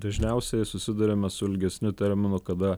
dažniausiai susiduriame su ilgesniu terminu kada